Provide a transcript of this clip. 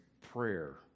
prayer